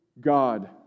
God